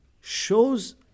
shows